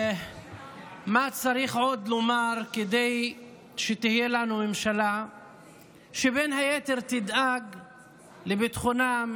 מה עוד צריך לומר כדי שתהיה לנו ממשלה שבין היתר תדאג לביטחונם,